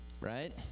right